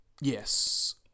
yes